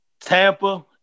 Tampa